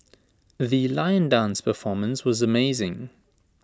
the lion dance performance was amazing